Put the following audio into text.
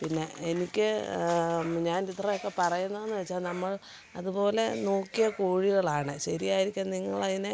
പിന്നെ എനിക്ക് പിന്നെ ഞാൻ ഇത്രയൊക്കെ പറയുന്നതെന്ന് വെച്ചാൽ നമ്മൾ അതുപോലെ നോക്കിയ കോഴികളാണ് ശരിയായിരിക്കാം നിങ്ങളതിനെ